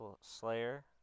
Slayer